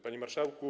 Panie Marszałku!